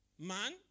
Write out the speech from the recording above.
man